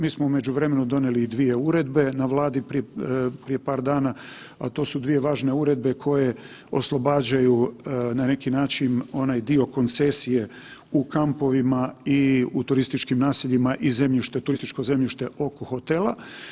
Mi smo u međuvremenu donijeli i dvije uredbi na Vladi prije par dana, al to su dvije važne uredbe koje oslobađaju na neki način onaj dio koncesije u kampovima i u turističkim naseljima i zemljište, turističko zemljište oko hotela.